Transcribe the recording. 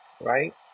Right